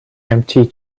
empty